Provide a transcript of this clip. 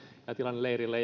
ja tilanne leirillä